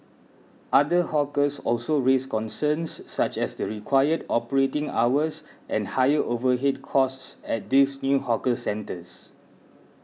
other hawkers also raised concerns such as the required operating hours and higher overhead costs at these new hawker centres